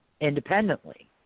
independently